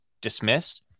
dismissed